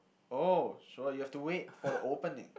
oh so you have to wait for the opening